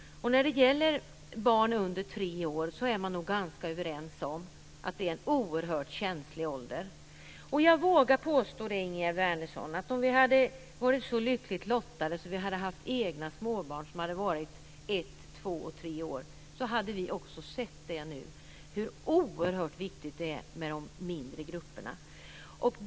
Och när det gäller barn under tre år är man nog ganska överens om att det är en oerhört känslig ålder. Jag vågar påstå, Ingegerd Wärnersson, att om vi hade varit så lyckligt lottade att vi hade haft egna småbarn som hade varit ett, två och tre år, så skulle vi ha sett hur oerhört viktigt det är med de mindre grupperna.